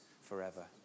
forever